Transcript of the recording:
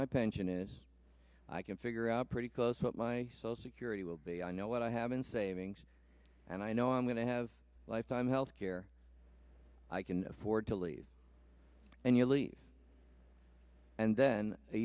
my pension is i can figure out pretty close what my social security will be i know what i have in savings and i know i'm going to have lifetime health care i can afford to leave and you leave and then a